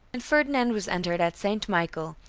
and ferdinand was entered at st. michel,